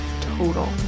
total